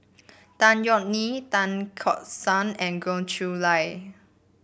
Tan Yeok Nee Tan Tock San and Goh Chiew Lye